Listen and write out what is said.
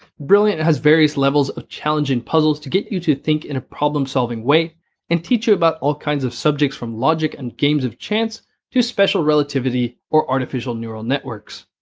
brilliant has various levels of challenging puzzles to get you to think in a problem-solving way and teach you about all kinds of subjects from logic and games of chance to special relativity or artificial neural networks.